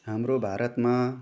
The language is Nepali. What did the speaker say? हाम्रो भारतमा